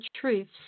truths